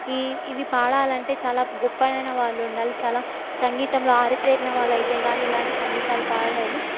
ఈ ఇవి పాడాలంటే చాలా గొప్పనైన వాళ్ళు ఉండాలి చాలా సంగీతంలో ఆరితేరిన వాళ్ళైతే కాని ఇలాంటి సంగీతాలు పాడలేరు